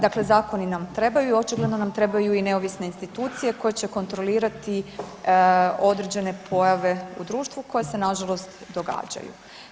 Dakle, zakoni nam trebaju i očigledno nam trebaju i neovisne institucije koje će kontrolirati određene pojave u društvu koje se nažalost događaju.